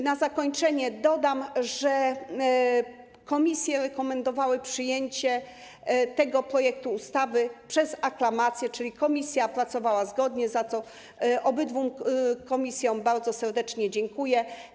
Na zakończenie dodam, że komisje rekomendowały przyjęcie tego projektu ustawy przez aklamację, czyli komisja pracowała zgodnie, za co obydwu komisjom bardzo serdecznie dziękuję.